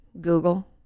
google